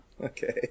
okay